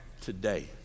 today